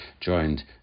joined